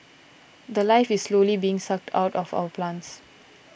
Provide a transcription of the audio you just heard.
the Life is slowly being sucked out of our plants